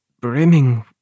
brimming